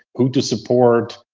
who to support,